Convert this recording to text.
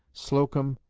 slocum,